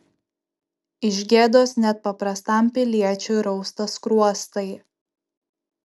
iš gėdos net paprastam piliečiui rausta skruostai